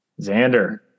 Xander